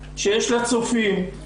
שיש לה צופים.